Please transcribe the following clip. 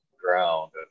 ground